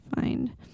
find